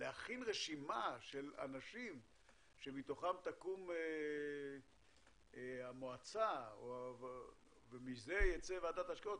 להכין רשימה של אנשים שמתוכם תקום המועצה ומזה תצא ועדת ההשקעות.